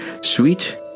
Sweet